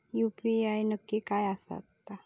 UPI नक्की काय आसता?